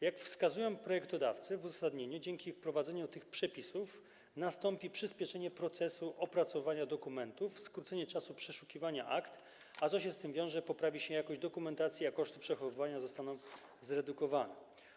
Jak wskazują projektodawcy w uzasadnieniu, dzięki wprowadzeniu tych przepisów nastąpi przyśpieszenie procesu opracowywania dokumentów, skrócenie czasu przeszukiwania akt, a co się z tym wiąże, poprawi się jakość dokumentacji, a koszty przechowywania zostaną zredukowane.